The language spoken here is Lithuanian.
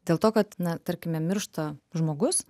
dėl to kad na tarkime miršta žmogus